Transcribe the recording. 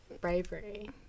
bravery